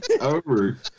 over